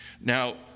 Now